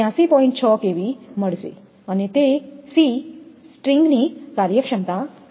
6 kV બનશે અને c સ્ટ્રિંગની કાર્યક્ષમતા છે